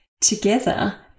together